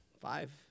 Five